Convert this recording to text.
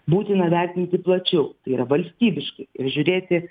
būtina vertinti plačiau tai yra valstybiškai ir žiūrėti